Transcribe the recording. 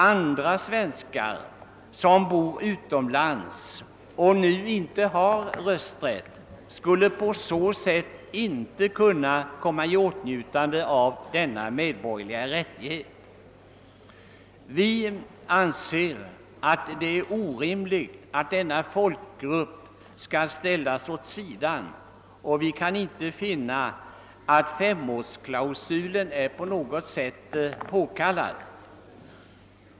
Andra svenskar, som bor utomlands, skulle på så sätt inte kunna utnyttja denna medborgerliga rättighet. Vi anser, att det är orimligt att denna folkgrupp skall ställas åt sidan, och vi kan inte heller finna att femårsklausulen är på något sätt påkallad.